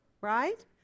right